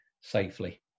safely